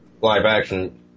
live-action